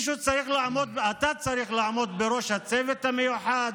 אתה צריך לעמוד בראש הצוות המיוחד,